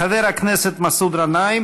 חבר הכנסת מסעוד גנאים,